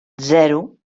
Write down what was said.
zero